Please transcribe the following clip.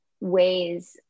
ways